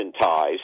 ties